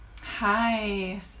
hi